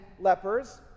lepers